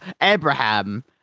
Abraham